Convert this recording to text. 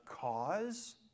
cause